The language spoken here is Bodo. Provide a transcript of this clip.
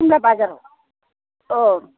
सिमला बाजाराव अह